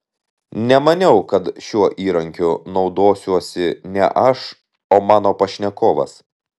nemaniau kad šiuo įrankiu naudosiuosi ne aš o mano pašnekovas